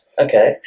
Okay